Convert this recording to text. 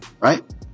right